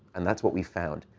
and that's what we found.